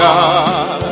God